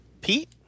Pete